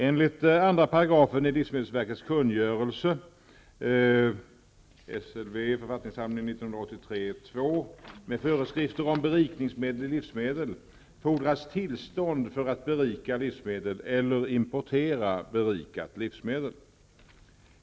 Enligt 2 § i livsmedelsverkets kungörelse med föreskrifter om berikningsmedel i livsmedel fordras tillstånd för att berika livsmedel eller importera berikat livsmedel.